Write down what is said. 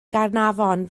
gaernarfon